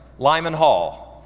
lyman hall.